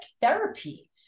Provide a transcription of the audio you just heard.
therapy